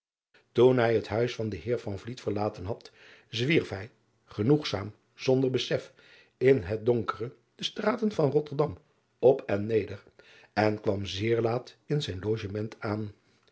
hij het huis van den eer verlaten had zwierf hij genoegzaam zonder besef in het donkere de straten van otterdam op en neder en kwam zeer laat in zijn logement aan